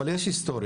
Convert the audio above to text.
אבל יש היסטוריה.